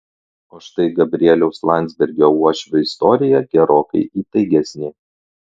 o štai gabrieliaus landsbergio uošvio istorija gerokai įtaigesnė